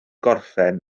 gorffen